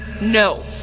No